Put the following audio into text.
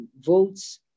votes